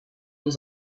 was